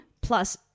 plus